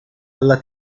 alla